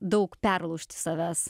daug perlaužti savęs